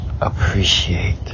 appreciate